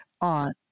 on